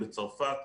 בצרפת,